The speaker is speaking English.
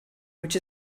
which